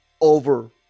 over